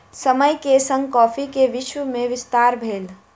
समय के संग कॉफ़ी के विश्व में विस्तार भेल